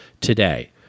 today